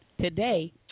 today